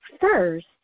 first